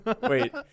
wait